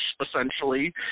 essentially